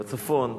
בצפון,